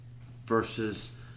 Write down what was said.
versus